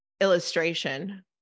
illustration